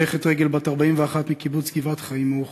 הולכת רגל בת 41 מקיבוץ גבעת-חיים מאוחד.